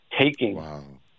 Taking